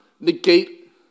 negate